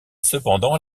cependant